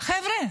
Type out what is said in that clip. חבר'ה,